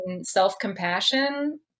self-compassion